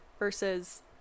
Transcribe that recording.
versus